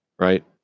right